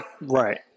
Right